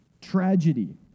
tragedy